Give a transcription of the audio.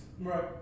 right